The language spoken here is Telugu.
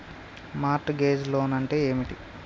మార్ట్ గేజ్ లోన్ అంటే ఏమిటి?